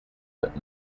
but